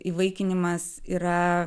įvaikinimas yra